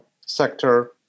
sector